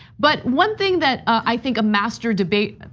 but one thing that i think a master debate